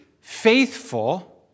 faithful